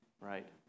right